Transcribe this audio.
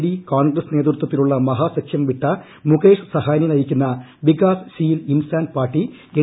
D Congress നേതൃത്വത്തിലുള്ള മഹാസഖ്യം വിട്ട മുകേഷ് സഹാനി നയിക്കുന്ന Vikassheel Insaan Party N